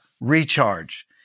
recharge